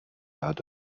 out